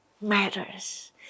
matters